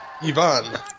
Ivan